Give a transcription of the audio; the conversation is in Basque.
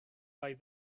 gai